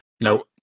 No